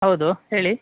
ಹೌದು ಹೇಳಿ